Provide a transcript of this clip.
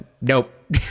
nope